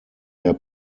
der